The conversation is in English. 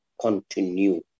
continue